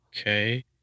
okay